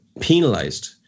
penalized